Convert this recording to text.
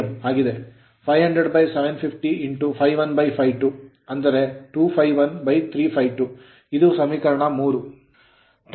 500750∅1∅2 ಅಂದರೆ 2 ∅1 3 ∅2 ಇದು ಸಮೀಕರಣ 3